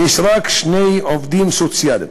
יש רק שני עובדים סוציאליים.